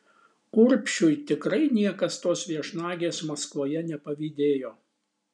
urbšiui tikrai niekas tos viešnagės maskvoje nepavydėjo